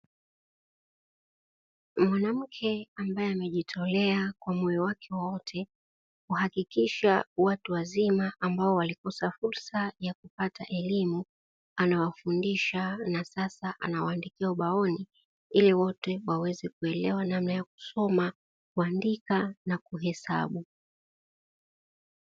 Mwanamke ambaye amajitolea kwa moyo wake wote kuhakikisha watu wazima ambao walikosa fursa ya kupata elimu anawafundisha, na sasa anawaandikia ubaoni ili wote waweze kuelewa namna ya kusoma, kuandika na kuhesabu.